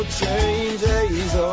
changes